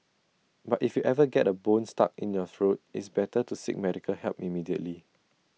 but if you ever get A bone stuck in your throat it's best to seek medical help immediately